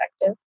effective